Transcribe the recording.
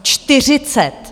Čtyřicet!